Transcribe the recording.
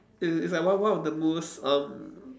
it it's like one one of the most um